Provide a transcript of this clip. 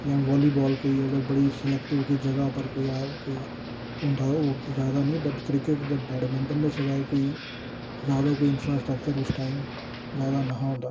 जां बालीबाल कोई अगर बड़ी सलैक्टिव कोई जगह उप्पर कोई होंदा होग ते ज्यादा नेईं बट क्रिकेट ते बैडमिनटन दे सिवाय कोई ज्यादा कोई इंफरास्टर्कचर उस टाइम ज्यादा नेईं हा होंदा